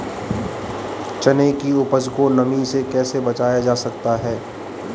चने की उपज को नमी से कैसे बचाया जा सकता है?